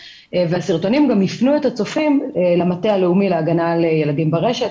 והסרטונים גם הפנו את הצופים למטה הלאומי להגנה על ילדים ברשת,